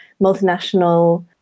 multinational